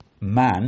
man